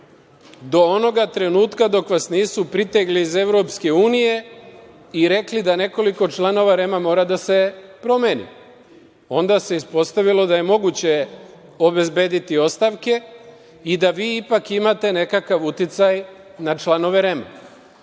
do onoga trenutka dok vas nisu pritegli iz Evropske unije i rekli da nekoliko članova REM mora da se promeni. Onda se ispostavilo da je moguće obezbediti ostavke i da vi ipak imate nekakav uticaj na članove